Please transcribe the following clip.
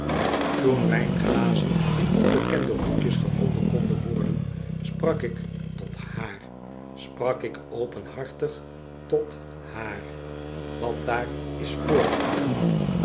toen wijnglazen in onbekende hoekjes gevonden konden worden sprak ik tot haar sprak ik openhartig tot haar wat daar is voorgevallen